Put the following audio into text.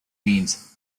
means